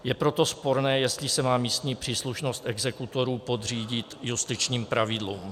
Je proto sporné, jestli se má místní příslušnost exekutorů podřídit justičním pravidlům.